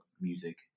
music